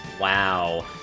Wow